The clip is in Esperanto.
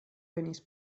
venis